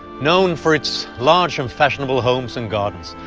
known for its large and fashionable homes and gardens.